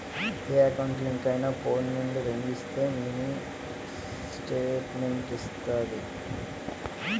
ఏ account link అయినా phone నుండి ring ఇస్తే మినీ స్టేట్మెంట్ వస్తాది